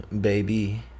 Baby